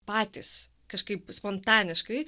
patys kažkaip spontaniškai